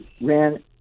ran